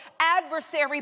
adversary